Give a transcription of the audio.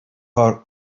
her